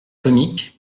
comique